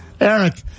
Eric